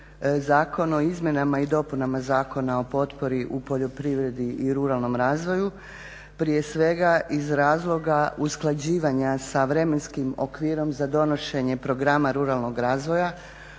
zakon o izmjenama i dopunama Zakona o potpori u poljoprivredi i ruralnom razvoju, prije svega iz razloga usklađivanja sa vremenskim okvirom za donošenje programa ruralnog razvoja